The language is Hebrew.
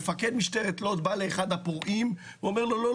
מפקד משטרת לוד בא לאחד הפורעים לו: לא,